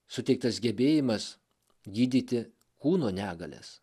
suteiktas gebėjimas gydyti kūno negalias